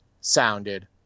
sounded